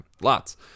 Lots